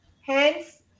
hence